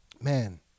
man